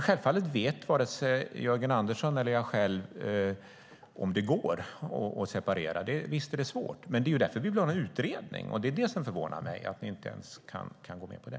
Självfallet vet inte vare sig Jörgen Andersson eller jag själv om det går att separera. Visst är det svårt, men det är därför vi vill ha en utredning. Det förvånar mig att ni inte ens kan gå med på det.